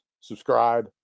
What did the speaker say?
subscribe